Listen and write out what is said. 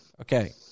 Okay